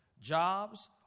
jobs